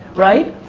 right?